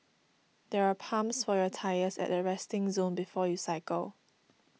there are pumps for your tyres at the resting zone before you cycle